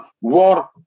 war